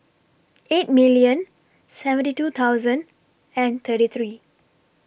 eight million seventy two thousand and thirty three